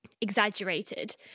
exaggerated